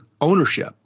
ownership